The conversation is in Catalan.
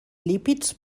lípids